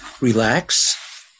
relax